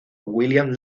william